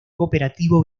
cooperativo